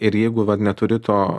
ir jeigu va neturi to